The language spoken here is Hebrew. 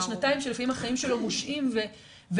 זה שנתיים שלפעמים החיים שלו מושעים וממתינים